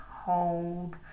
Hold